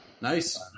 Nice